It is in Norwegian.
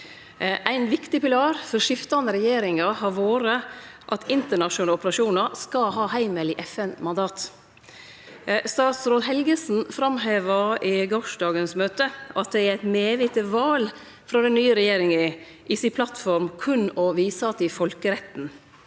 Ein viktig pilar for skiftande regjeringar har vore at internasjonale operasjonar skal ha heimel i FN-mandat. Statsråd Helgesen framheva i gårsdagens møte at det er eit medvite val frå den nye regjeringa at ho i plattforma si berre viser til folkeretten.